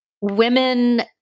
women